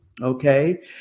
okay